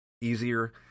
easier